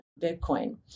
Bitcoin